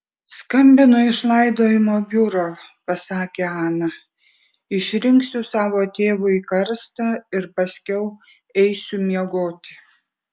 skambinu iš laidojimo biuro pasakė ana išrinksiu savo tėvui karstą ir paskiau eisiu miegoti